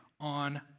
on